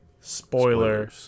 spoiler